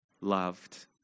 Loved